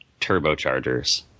Turbochargers